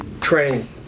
training